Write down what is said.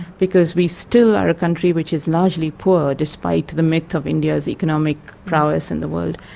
because we still are a country which is largely poor despite the myth of india's economic prowess in the world.